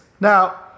now